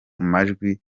majwi